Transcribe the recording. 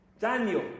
Daniel